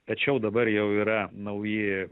tačiau dabar jau yra nauji